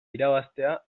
irabaztea